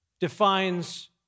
defines